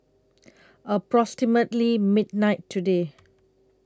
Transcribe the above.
approximately midnight today